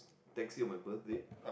taxi on my birthday